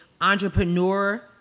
entrepreneur